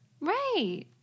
Right